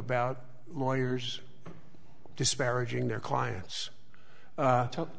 about lawyers disparaging their clients